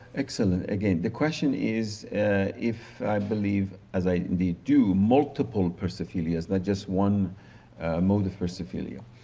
excellent. again, the question is if i believe as i indeed do, multiple persophilia's not just one mold of persophilia.